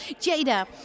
Jada